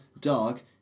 dark